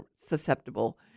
susceptible